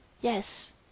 Yes